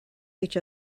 each